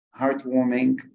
heartwarming